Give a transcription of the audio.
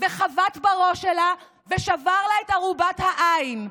חבט בראש שלה ושבר לה את ארובת העין.